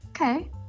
Okay